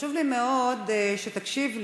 חשוב לי מאוד שתקשיב לי,